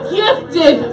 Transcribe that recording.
gifted